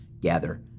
gather